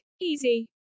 Easy